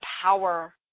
power